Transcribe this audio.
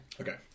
Okay